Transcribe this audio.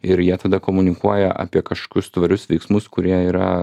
ir jie tada komunikuoja apie kažkokius tvarius veiksmus kurie yra